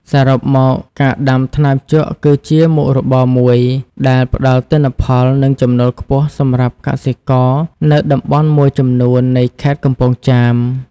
សរុបមក ការដាំថ្នាំជក់គឺជាមុខរបរមួយដែលផ្តល់ទិន្នផល និងចំណូលខ្ពស់សម្រាប់កសិករនៅតំបន់មួយចំនួននៃខេត្តកំពង់ចាម។